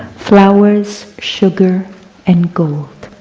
flowers, sugar and gold.